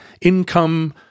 income